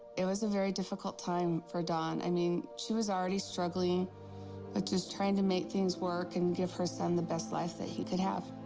it was a very difficult time for dawn. i mean, she was already struggling with ah just trying to make things work and give her son the best life that he could have.